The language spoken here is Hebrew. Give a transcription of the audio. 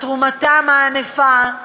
על תרומתם הענפה,